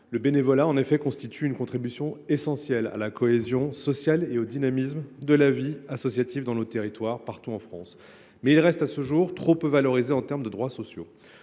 Le bénévolat constitue en effet une contribution essentielle à la cohésion sociale et au dynamisme de la vie associative dans nos territoires, partout en France. Toutefois, à ce jour, il reste trop peu valorisé en termes de droits sociaux.